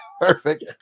Perfect